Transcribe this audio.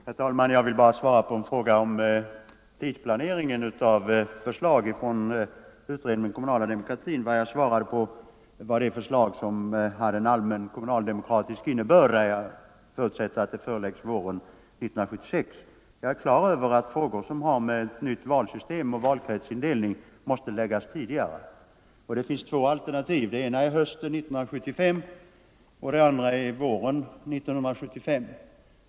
Herr talman! Jag vill bara svara på en fråga om tidsplaneringen av förslag från utredningen om den kommunala demokratin. Vad jag talade om var det förslag som hade en allmän kommunaldemokratisk innebörd; jag förutsätter att det föreläggs riksdagen våren 1976. Jag är på det klara med att förslag som har med ett nytt valsystem och en ändrad valkretsindelning att göra måste läggas fram tidigare. Det finns två alternativ: det ena är hösten 1975, det andra är våren 1975.